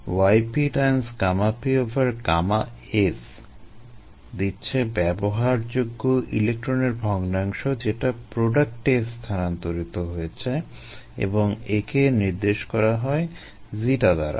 yp Γp Γs দিচ্ছে ব্যবহারযোগ্য ইলেক্ট্রনের ভগ্নাংশ যেটা প্রোডাক্টে স্থানান্তরিত হয়েছে এবং একে নির্দেশ করা হয় ζ দ্বারা